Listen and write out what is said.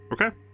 Okay